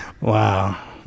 Wow